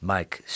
Mike